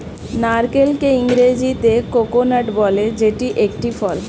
নারকেলকে ইংরেজিতে কোকোনাট বলে যেটি একটি ফল